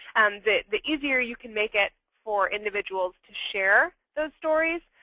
the the easier you can make it for individuals to share those stories,